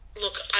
look